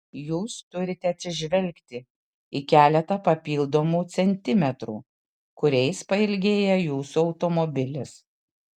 jūs turite atsižvelgti į keletą papildomų centimetrų kuriais pailgėja jūsų automobilis